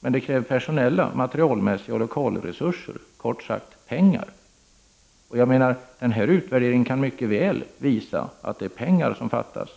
Det krävs emellertid personella resurser, materialoch lokalresurser, kort sagt pengar. Utvärderingen kan mycket väl visa att det är pengar som fattas.